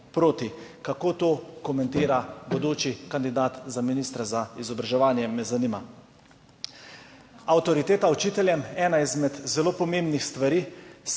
Kako to komentira bodoči kandidat za ministra za izobraževanje, me zanima. Avtoriteta učiteljem, ena izmed zelo pomembnih stvari.